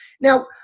Now